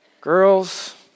girls